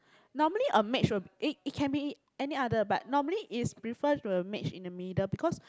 normally a mage will eh it can be any other but normally is prefer to a mage in the middle because